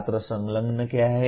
छात्र संलग्न क्या है